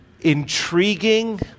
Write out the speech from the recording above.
intriguing